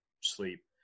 sleep